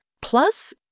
Plus